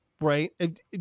right